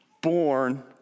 born